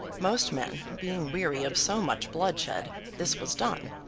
most men being weary of so much bloodshed, this was done.